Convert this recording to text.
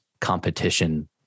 competition